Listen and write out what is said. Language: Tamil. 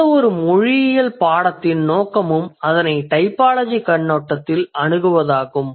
எந்தவொரு மொழியியல் பாடத்தின் நோக்கமும் அதனை டைபாலஜி கண்ணோட்டத்தில் அணுகுவதாகும்